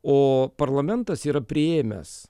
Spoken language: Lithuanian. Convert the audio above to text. o parlamentas yra priėmęs